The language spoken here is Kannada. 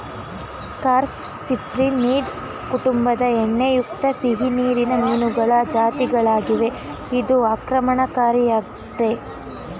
ಕಾರ್ಪ್ ಸಿಪ್ರಿನಿಡೆ ಕುಟುಂಬದ ಎಣ್ಣೆಯುಕ್ತ ಸಿಹಿನೀರಿನ ಮೀನುಗಳ ಜಾತಿಗಳಾಗಿವೆ ಇದು ಆಕ್ರಮಣಕಾರಿಯಾಗಯ್ತೆ